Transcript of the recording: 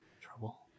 Trouble